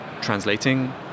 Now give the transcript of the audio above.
translating